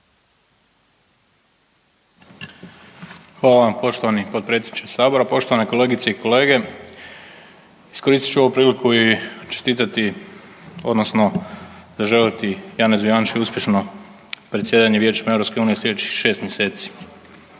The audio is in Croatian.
Hvala vam poštovani potpredsjedniče Sabora. Poštovane kolegice i kolege. Iskoristit ću ovu priliku i čestitati odnosno zaželjeti Janezu Janši uspješno predsjedanje Vijećem EU sljedećih šest mjeseci.